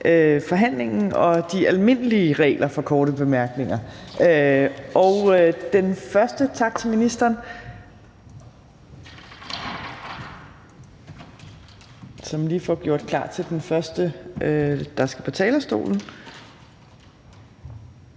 forhandlingen og de almindelige regler for korte bemærkninger og siger tak til ministeren, som lige får gjort klar til den første, der skal på talerstolen.